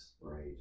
right